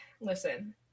Listen